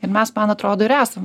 ir mes man atrodo ir esam